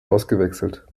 ausgewechselt